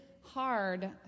hard